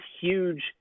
huge